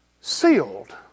sealed